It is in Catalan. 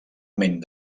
ment